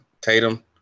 Tatum